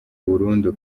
burundu